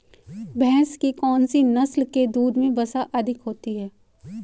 भैंस की कौनसी नस्ल के दूध में वसा अधिक होती है?